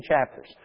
chapters